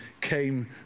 came